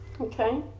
okay